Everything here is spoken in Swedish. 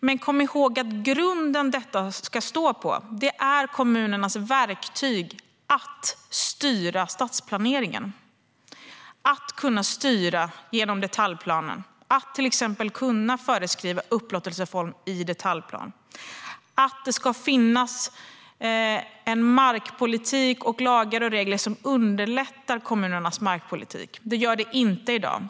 Men kom ihåg att den grund detta ska stå på är kommunernas verktyg för att kunna styra stadsplaneringen genom detaljplanen och till exempel kunna föreskriva upplåtelseform i den. Det måste finnas en markpolitik och lagar och regler som underlättar kommunernas markpolitik. Det gör det inte i dag.